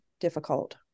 difficult